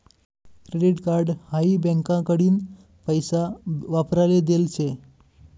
credit card हाई बँकाकडीन पैसा वापराले देल शे